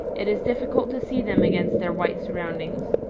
it is difficult to see them against their white surroundings.